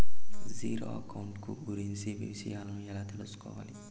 Zero account కు గురించి విషయాలను ఎలా తెలుసుకోవాలి?